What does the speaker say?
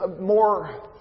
more